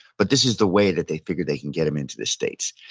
but this is the way that they figured they could get him into the states.